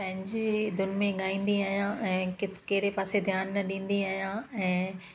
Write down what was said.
पंहिंजी धुन में ॻाईंदी आहियां ऐं कि कहिड़े पासे ध्यानु न ॾींदी आहियां ऐं